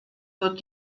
wird